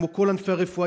כמו כל ענפי הרפואה,